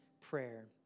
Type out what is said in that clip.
prayer